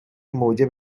موجب